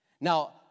Now